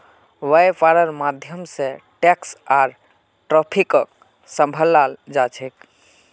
वैपार्र माध्यम से टैक्स आर ट्रैफिकक सम्भलाल जा छे